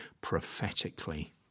prophetically